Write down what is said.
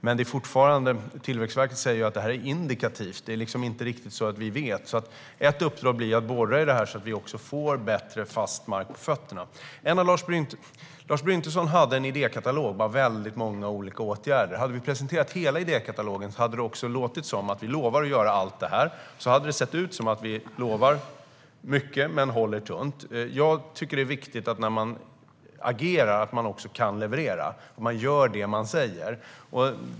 Men Tillväxtverket säger att det här är indikativt. Det är liksom inte riktigt så att vi vet. Ett uppdrag blir att borra i detta, så att vi får mer fast mark under fötterna. Lars Bryntesson hade en idékatalog. Det var väldigt många olika åtgärder. Hade vi presenterat hela idékatalogen hade det låtit som att vi lovade att göra allt. Då skulle det se ut som att vi lovar mycket men håller tunt. Jag tycker att det är viktigt när man agerar att man också kan leverera och att man gör det man säger.